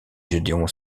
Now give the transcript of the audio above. gédéon